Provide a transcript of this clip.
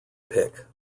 pick